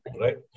right